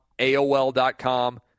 AOL.com